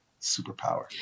superpower